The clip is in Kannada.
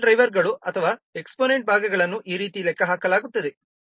ಸ್ಕೇಲ್ ಡ್ರೈವರ್ಗಳು ಅಥವಾ ಎಕ್ಸ್ಪೋನೆಂಟ್ ಭಾಗಗಳನ್ನು ಈ ರೀತಿ ಲೆಕ್ಕಹಾಕಲಾಗುತ್ತದೆ